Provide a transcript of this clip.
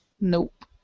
Nope